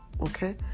Okay